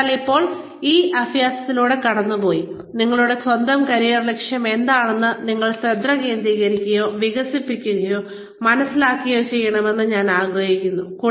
അതിനാൽ ഇപ്പോൾ ആ അഭ്യാസത്തിലൂടെ കടന്നുപോയി നിങ്ങളുടെ സ്വന്തം കരിയർ ലക്ഷ്യം എന്താണെന്ന് നിങ്ങൾ ശ്രദ്ധ കേന്ദ്രീകരിക്കുകയോ വികസിപ്പിക്കുകയോ മനസ്സിലാക്കുകയോ ചെയ്യണമെന്ന് ഞാൻ ആഗ്രഹിക്കുന്നു